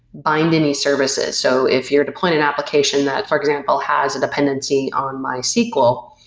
bind any services. so if you're deploying an application that, for example, has a dependency on my sql,